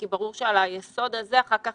כי ברור שעל היסוד הזה אחר כך